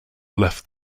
left